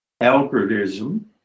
algorithm